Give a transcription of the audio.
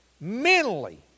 mentally